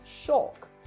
shock